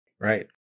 Right